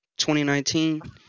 2019